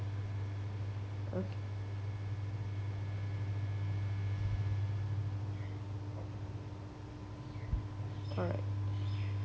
okay alright